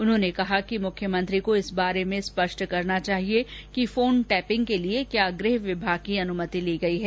उन्होंने कहा कि मुख्यमंत्री को इस बारे में स्पष्ट करना चाहिए कि फोन टैपिंग के लिए क्या गृह विभाग की अनमति ली गयी है